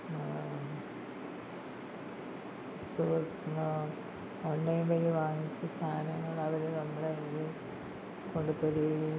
online വഴി വാങ്ങിച്ച് സാധനങ്ങൾ അവർ നമ്മളെ ഇത് കൊണ്ട് തരികയും